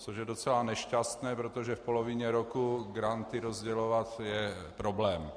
Což je docela nešťastné, protože v polovině roku granty rozdělovat je problém.